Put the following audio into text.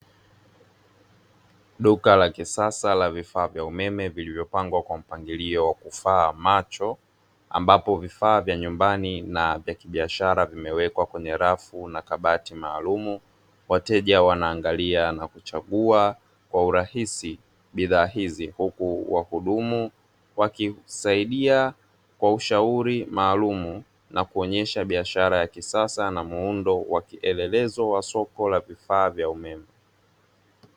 Duka la kisasa la vifaa vya umeme; vilivyopangwa kwa mpangilio wa kufaa macho; ambapo vifaa vya nyumbani na vya kibiashara vimewekwa kwenye rafu na kabati maalumu. Wateja wanaangalia na kuchagua kwa urahisi bidhaa hizi, huku wahudumu wakisaidia kwa ushauri maalumu na kuonyesha biashara ya kisasa na muundo wa kielelezo wa soko la vifaa vya umeme.